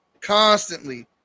constantly